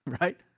right